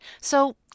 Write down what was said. So